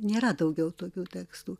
nėra daugiau tokių tekstų